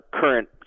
current